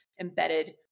embedded